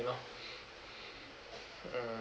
you know mm